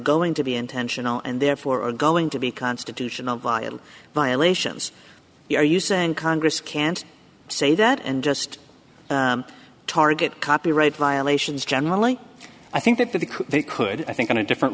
going to be intentional and therefore are going to be constitutional viol violations are you saying congress can't say that and just target copyright violations generally i think that the they could i think on a different